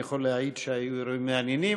אני יכול להעיד שהיו אירועים מעניינים.